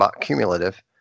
cumulative